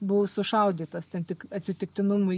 buvo sušaudytas ten tik atsitiktinumui